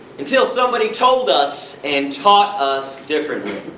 until somebody told us, and taught us differently.